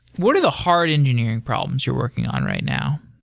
what are the hard engineering problems you're working on right now?